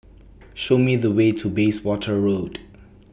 Show Me The Way to Bayswater Road